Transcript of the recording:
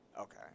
Okay